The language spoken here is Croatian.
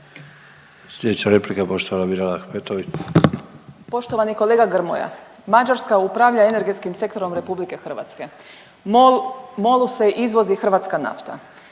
Ahmetović. **Ahmetović, Mirela (SDP)** Poštovani kolega Grmoja, Mađarska upravlja energetskim sektorom Republike Hrvatske. MOL-u se izvozi hrvatska nafta.